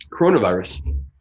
Coronavirus